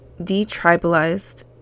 detribalized